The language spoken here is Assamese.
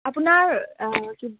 আপোনাৰ কিব